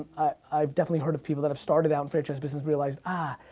i've definitely heard of people that have started out in franchise business, realized, ah